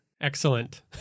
Excellent